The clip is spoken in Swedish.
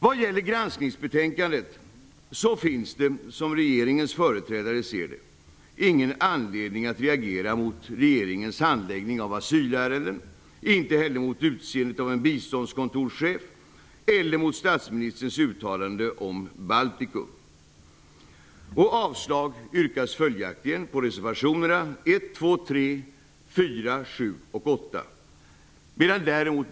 Vad gäller granskningsbetänkandet finns det, som regeringens företrädare ser det, ingen anledning att reagera mot regeringens handläggning av asylärenden, inte heller mot utseendet av en biståndskontorschef eller mot statsministerns uttalande om Baltikum. Avslag yrkas följaktligen på reservationerna 1, 2, 3, 4, 7 och 8.